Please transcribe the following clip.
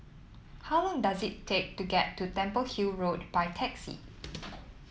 how long does it take to get to Temple Hill Road by taxi